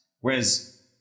Whereas